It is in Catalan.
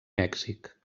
mèxic